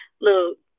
look